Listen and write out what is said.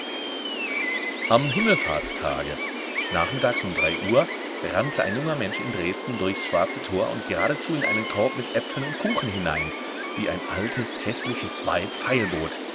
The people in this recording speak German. am himmelfahrtstage nachmittags um drei uhr rannte ein junger mensch in dresden durchs schwarze tor und geradezu in einen korb mit äpfeln und kuchen hinein die ein altes häßliches weib feilbot